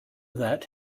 that